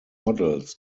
models